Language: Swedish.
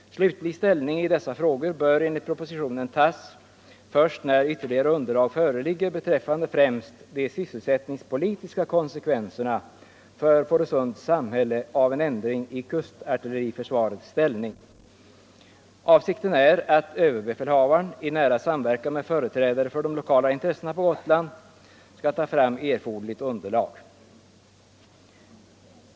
Slutlig ställning i dessa frågor bör enligt propositionen tas först när ytterligare underlag föreligger beträffande främst de sysselsättningspolitiska konsekvenserna för Fårösunds samhälle av en ändring i kustartilleriförsvarets ställning. Avsikten är att överbefälhavaren i nära samverkan med företrädare för de lokala intressena på Gotland skall ta fram erforderligt underlag.